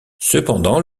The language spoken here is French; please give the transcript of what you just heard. cependant